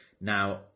Now